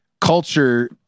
culture